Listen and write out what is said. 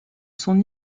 son